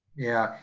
yeah,